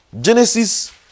Genesis